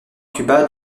cuba